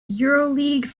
euroleague